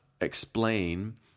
explain